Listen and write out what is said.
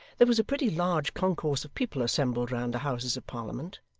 there was a pretty large concourse of people assembled round the houses of parliament,